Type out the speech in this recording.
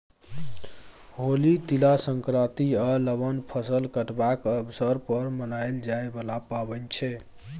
होली, तिला संक्रांति आ लबान फसल कटबाक अबसर पर मनाएल जाइ बला पाबैन छै